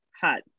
Hot